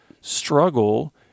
struggle